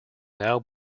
now